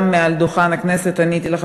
גם מעל דוכן הכנסת עניתי לך,